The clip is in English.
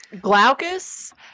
Glaucus